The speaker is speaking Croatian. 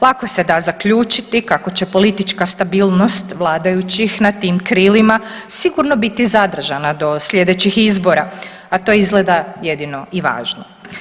Lako se da zaključiti kako će politička stabilnost vladajućih na tim krilima sigurno biti zadržana do sljedećih izbora, a to je izgleda jedino i važno.